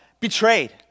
Betrayed